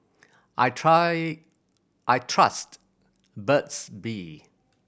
I try I trust Burt's Bee